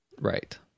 Right